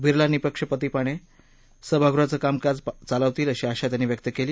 बिर्ला निपक्षःपातीपणे सभागृहाचं कामकाज चालवतील अशी आशा त्यांनी व्यक्त केली